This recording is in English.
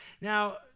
Now